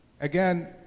Again